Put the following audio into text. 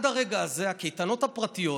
ועד הרגע הזה הקייטנות הפרטיות,